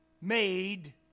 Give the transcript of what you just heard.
made